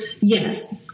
yes